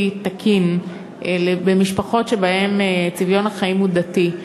תקין במשפחות שבהן צביון החיים הוא דתי,